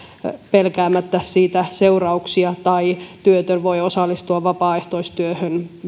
pelkäämättä siitä seurauksia ja työtön voi osallistua vapaaehtoistyöhön